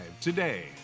today